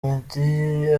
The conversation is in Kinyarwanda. meddy